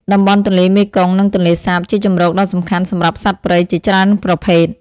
តំបន់ទន្លេមេគង្គ និងទន្លេសាប ជាជម្រកដ៏សំខាន់សម្រាប់សត្វព្រៃជាច្រើនប្រភេទ។